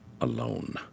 alone